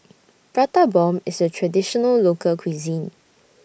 Prata Bomb IS A Traditional Local Cuisine